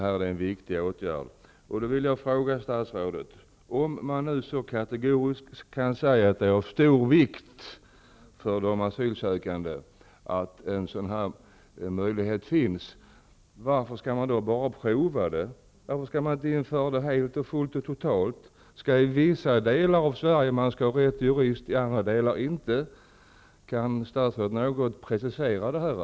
Jag vill då fråga statsrådet: Om man nu så kategoriskt kan säga att det är av stor vikt för de asylsökande att en sådan här möjlighet finns, varför skall man då bara prova det, varför skall man inte införa det helt och fullt och totalt? Skall man i vissa delar av Sverige ha rätt till jurist och i andra delar inte? Kan statsrådet något precisera detta?